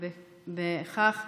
לפיכך,